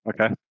Okay